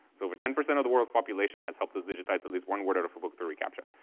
so over ten percent of the world's population has helped us digitize at least one word out of a book through recaptcha.